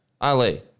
Ali